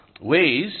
ways